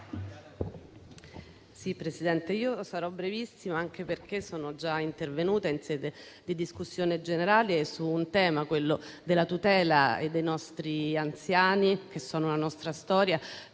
Presidente, sarò brevissima, anche perché sono già intervenuta in sede di discussione generale sul tema della tutela dei nostri anziani, che sono la nostra storia,